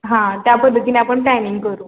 हां त्या पद्धतीने आपण टायमिंग करू